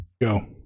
Go